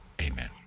Amen